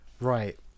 right